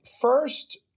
First